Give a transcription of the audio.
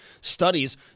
studies